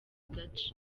gace